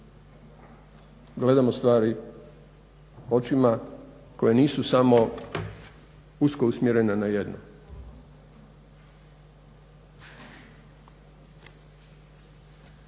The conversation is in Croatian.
provedemo stvari očima koje nisu samo usko usmjerena na jednu.